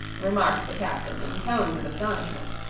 remarked the captain in tones of astonishment.